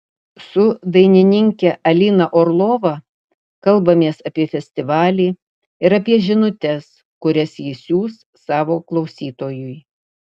su dainininke alina orlova kalbamės apie festivalį ir apie žinutes kurias ji siųs savo klausytojui